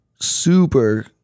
super